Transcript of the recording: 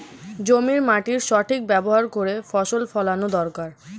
জমির মাটির সঠিক ব্যবহার করে ফসল ফলানো দরকারি